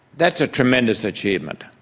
that is a tremendous achievement,